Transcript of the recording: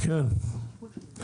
מדובר כאן על